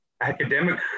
academic